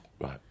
Right